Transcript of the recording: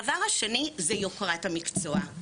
הדבר השני זה יוקרת המקצוע,